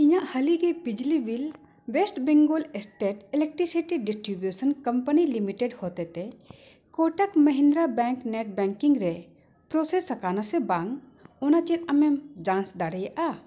ᱤᱧᱟᱹᱜ ᱦᱟᱞᱤᱜᱮ ᱵᱤᱡᱽᱞᱤ bill west Bengal state electricity distribution company limited ᱦᱚᱛᱮ ᱛᱮ Kotak Mahindra bank net banking ᱨᱮ ᱯᱨᱚᱥᱮᱥ ᱠᱟᱱᱟ ᱥᱮ ᱵᱟᱝ ᱚᱱᱟ ᱪᱮᱫ ᱟᱢᱮᱢ ᱡᱟᱪ ᱫᱟᱲᱮᱭᱟᱜᱼᱟ